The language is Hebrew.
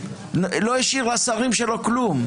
לא השאיר לשרים שלו כלום.